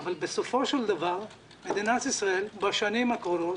אבל בסופו של דבר מדינת ישראל בשנים הקרובות